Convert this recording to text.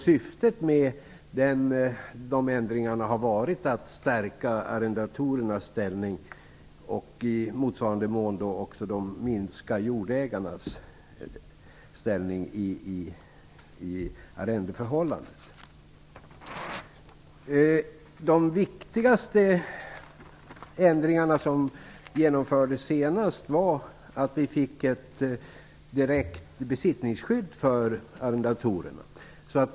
Syftet med dessa ändringar har varit att stärka arrendatorernas ställning, och i motsvarande mån minska jordägarnas ställning, i arrendeförhållandet. De viktigaste ändringarna som genomfördes senast var att vi fick ett direkt besittningsskydd för arrendatorerna.